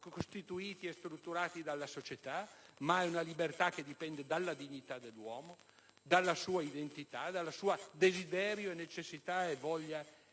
costituiti e strutturati dalla società, ma è una libertà dipendente dalla dignità stessa dell'uomo, dalla sua identità, dal suo desiderio, necessità e voglia